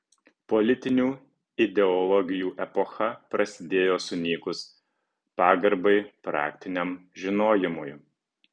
politinių ideologijų epocha prasidėjo sunykus pagarbai praktiniam žinojimui